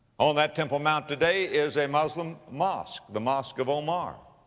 on that temple mount today is a muslim mosque, the mosque of omar.